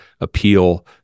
appeal